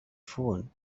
phone